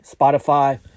Spotify